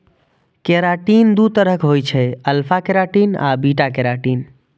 keratin दू तरहक होइ छै, अल्फा केराटिन आ बीटा केराटिन